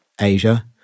Asia